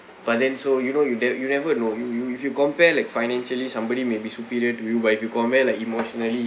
but then so you know you tell you never know you you if you compare like financially somebody may be superior to you but if you compare like emotionally